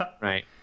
right